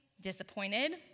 disappointed